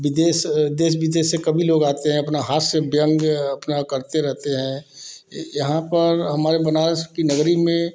विदेश देश विदेश से कवि लोग आते हैं अपना हास्य व्यंग्य अपना करते रहते हैं यहाँ पर हमारे बनारस की नगरी में